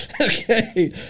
okay